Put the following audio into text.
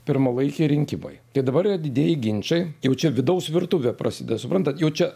pirmalaikiai rinkimai tai dabar yra didieji ginčai jau čia vidaus virtuvė prasideda suprantat jau čia